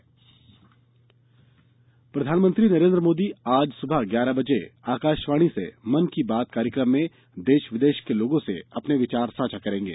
मन की बात प्रधानमंत्री नरेन्द्र मोदी आज सुबह ग्यारह बजे आकाशवाणी से मन की बात कार्यक्रम में देश विदेश के लोगों ैसे अपने विचार साझा करेंगे